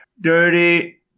dirty